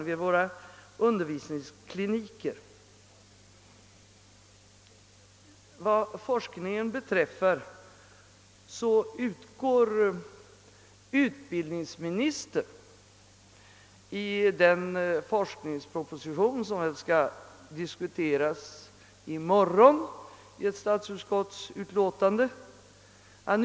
Vi befinner oss i en sådan situation.